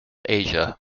asia